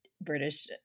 British